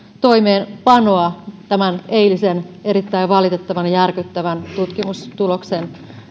toimeenpanoa tämän eilisen erittäin valitettavan ja järkyttävän tutkimustuloksen